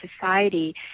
society